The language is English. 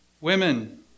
Women